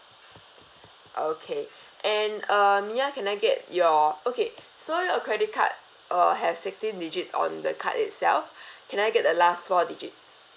okay and uh mya can I get your okay so your credit card uh have sixteen digits on the card itself can I get the last four digits